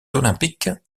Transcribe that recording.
olympiques